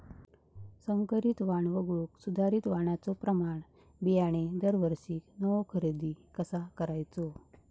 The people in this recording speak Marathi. संकरित वाण वगळुक सुधारित वाणाचो प्रमाण बियाणे दरवर्षीक नवो खरेदी कसा करायचो?